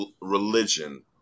religion